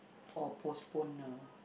or postpone now